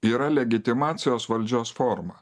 yra legitimacijos valdžios forma